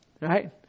right